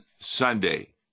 Sunday